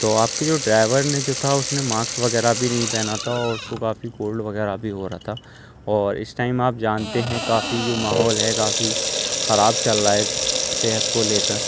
تو آپ کے جو ڈرائیور نے جو تھا اس نے ماسک وغیرہ بھی نہیں پہنا تھا اور اس کو کافی کولڈ وغیرہ بھی ہو رہا تھا اور اس ٹائم آپ جانتے ہیں کافی جو ماحول ہے کافی خراب چل رہا ہے صحت کو لے کر